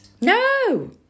No